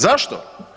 Zašto?